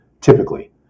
typically